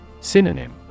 Synonym